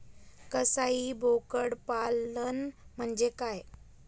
कसाई बोकड पालन म्हणजे काय?